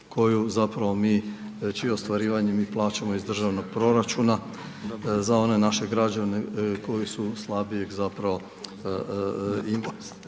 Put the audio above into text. koju zapravo mi, čije ostvarivanje mi plaćamo iz državnog proračuna za one naše građane koji su slabijeg zapravo čija